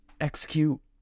execute